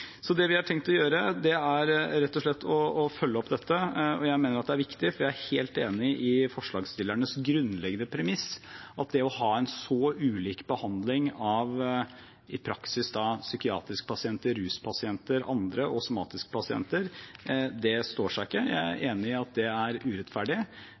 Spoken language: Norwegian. Det vi har tenkt å gjøre, er rett og slett å følge opp dette. Jeg mener at det er viktig, for jeg er helt enig i forslagsstillernes grunnleggende premiss: at det å ha en så ulik behandling av i praksis psykiatriske pasienter, ruspasienter og andre, og somatiske pasienter, det står seg ikke. Jeg er enig i at det er urettferdig.